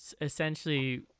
Essentially